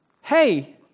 Hey